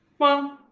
well.